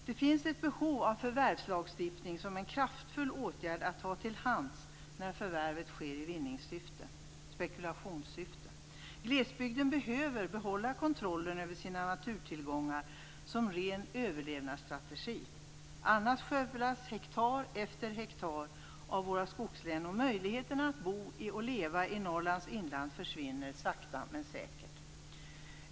Det finns ett behov av en förvärvslagstiftning som en kraftfull åtgärd att ha till hands när förvärvet sker i vinningssyfte eller spekulationssyfte. Glesbygden behöver behålla kontrollen över sina naturtillgångar som en ren överlevnadsstrategi. Annars skövlas hektar efter hektar av våra skogslän och möjligheterna att bo och leva i Norrlands inland försvinner sakta men säkert.